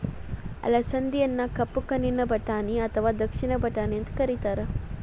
ಅಲಸಂದಿಯನ್ನ ಕಪ್ಪು ಕಣ್ಣಿನ ಬಟಾಣಿ ಅತ್ವಾ ದಕ್ಷಿಣದ ಬಟಾಣಿ ಅಂತ ಕರೇತಾರ